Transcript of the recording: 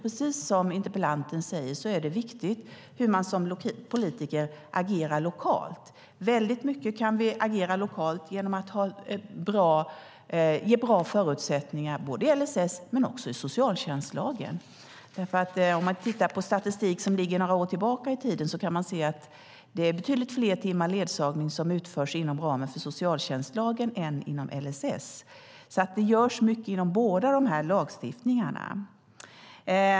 Precis som interpellanten säger är det viktigt hur politiker agerar lokalt. Väldigt mycket kan vi agera lokalt genom att ge bra förutsättningar i LSS men också i socialtjänstlagen. I statistik som ligger några år tillbaka i tiden kan man se att det är betydligt fler timmar ledsagning som utförs inom ramen för socialtjänstlagen än inom LSS. Det görs alltså mycket inom båda lagstiftningarna.